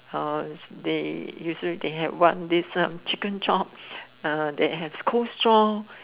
they usually they have what this chicken chop they have Coleslaw